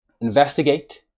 investigate